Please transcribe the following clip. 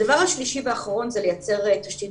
הדבר השלישי והאחרון זה לייצר תשתית